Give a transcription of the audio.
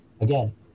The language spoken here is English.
Again